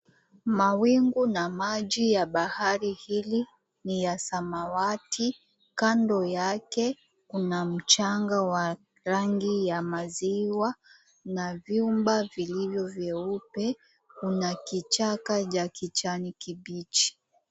Mawingu na maji ya bahari hili ni ya samawati. Kando yake kuna mchanga wa rangi ya maziwa na vyumba vilivyo vyeupe. Kuna kichaka cha kijani kibichi.